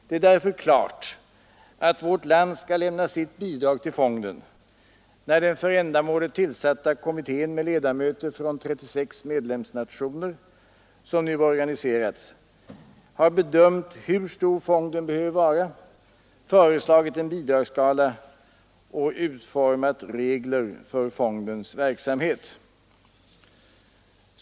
Det är därför klart att vårt land skall lämna sitt bidrag till fonden när den för ändamålet tillsatta kommitté med ledamöter på 36 medlemsstater som nu organiserats har bedömt hur stor fonden behöver vara, föreslagit en bidragsskala och utformat regler för fondens verksamhet.